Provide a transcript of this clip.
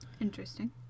Interesting